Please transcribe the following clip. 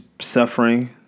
suffering